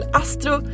astro